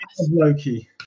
Loki